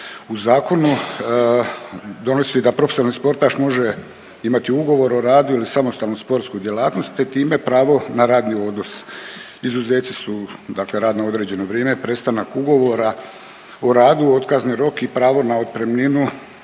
u zakonu, donosi da profesionalni sportaš može imati ugovor o radu ili samostalnu sportsku djelatnost te time pravo na radni odnos. Izuzeti su dakle rad na određeno vrijeme, prestanak ugovora o radu, otkazni rok i pravo na otpremninu,